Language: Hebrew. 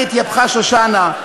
כך התייפחה שושנה,